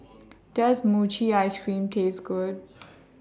Does Mochi Ice Cream Taste Good